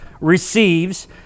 receives